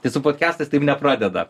tai su podkestais taip nepradeda